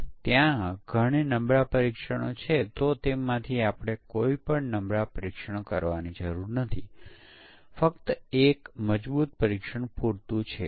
સમકક્ષ વર્ગ પરીક્ષણમાં આપણે ડોમેનનું મોડેલ બનાવવાની જરૂર છે જેને સમકક્ષ પાર્ટીશનો કહેવામાં આવે છે